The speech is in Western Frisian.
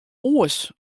oars